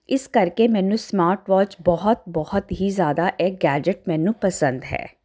ਇਸ ਕਰਕੇ ਮੈਨੂੰ ਸਮਾਰਟ ਵਾਚ ਬਹੁਤ ਬਹੁਤ ਹੀ ਜ਼ਿਆਦਾ ਇਹ ਗੈਜਟ ਮੈਨੂੰ ਪਸੰਦ ਹੈ